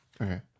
Okay